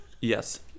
Yes